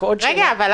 עוד שאלה, כי